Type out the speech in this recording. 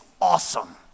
awesome